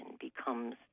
becomes